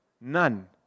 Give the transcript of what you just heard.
None